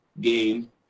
game